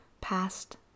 past